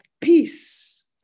peace